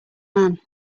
man